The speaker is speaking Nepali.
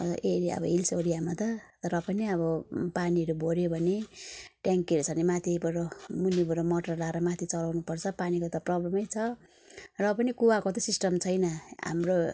अन्त एरिया अब हिल्स एरियामा त र पनि अब पानीहरू भरियो भने टेङ्कीहरू छ भने माथिबाट मुनिबाट मोटर लाएर माथि चढाउनुपर्छ पानीको त प्रब्लमै छ र पनि कुवाको त सिस्टम छैन हाम्रो